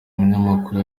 munyamakuru